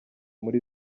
muri